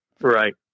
Right